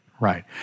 Right